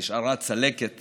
נשארה צלקת